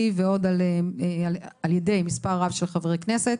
ועל ידי עוד מספר רב של חברי כנסת.